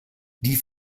die